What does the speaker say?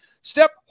Step